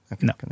No